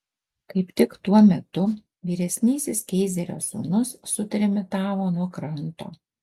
kaip tik tuo metu vyresnysis keizerio sūnus sutrimitavo nuo kranto